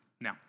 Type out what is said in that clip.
Now